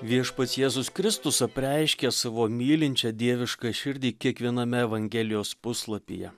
viešpats jėzus kristus apreiškė savo mylinčią dievišką širdį kiekviename evangelijos puslapyje